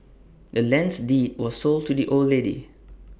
the land's deed was sold to the old lady